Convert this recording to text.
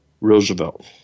Roosevelt